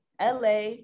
LA